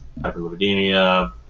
hyperlipidemia